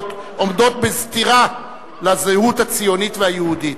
עומדות בסתירה לזהות הציונית והיהודית.